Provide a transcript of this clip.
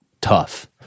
tough